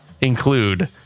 include